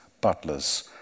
butlers